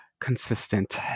consistent